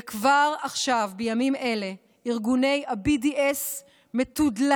וכבר עכשיו בימים אלה ארגוני ה-BDS מתודלקים,